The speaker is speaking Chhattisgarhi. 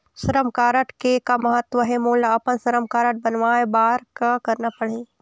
श्रम कारड के का महत्व हे, मोला अपन श्रम कारड बनवाए बार का करना पढ़ही?